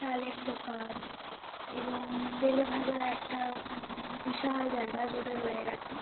চালের দোকান এবং তেলেভাজা একটা বিশাল জায়গা জুড়ে রয়ে গেছে